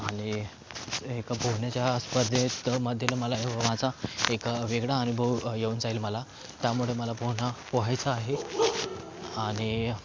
आणि एका पोहण्याच्या स्पर्धेत मधील माझा एक वेगळा अनुभव येऊन जाईल मला त्यामुळं मला पोहणं पोहायचं आहे आणि